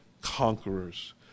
conquerors